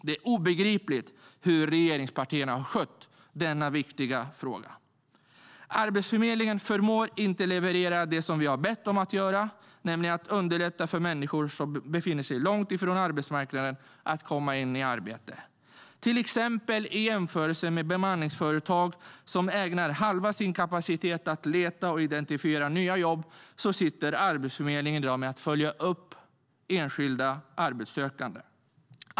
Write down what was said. Det är obegripligt hur regeringspartierna har skött denna viktiga fråga. Arbetsförmedlingen förmår inte leverera det vi har bett dem om, nämligen att underlätta för människor som befinner sig långt från arbetsmarknaden att komma in i arbete. I jämförelse med exempelvis bemanningsföretag, som ägnar halva sin kapacitet åt att leta och identifiera nya jobb, arbetar Arbetsförmedlingen i dag med att följa upp enskilda arbetssökande.